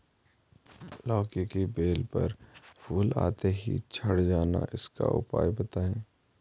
लौकी की बेल पर फूल आते ही झड़ जाना इसका उपाय बताएं?